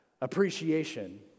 appreciation